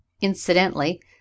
incidentally